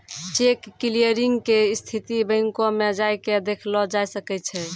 cheque clearing के स्थिति बैंको मे जाय के देखलो जाय सकै छै